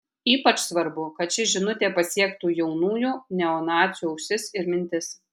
ypač svarbu kad ši žinutė pasiektų jaunųjų neonacių ausis ir mintis